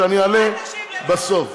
נעתור לבית המשפט העליון.